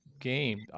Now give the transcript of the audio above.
game